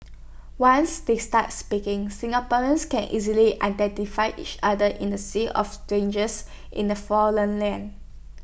once they start speaking Singaporeans can easily identify each other in A sea of strangers in A foreign land